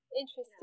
interesting